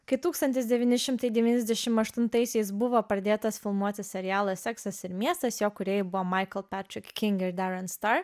kai tūkstantis devyni šimtai devyniasdešimtaisiais buvo pradėtas filmuoti serialas seksas ir miestas jo kūrėjai buvo maiklo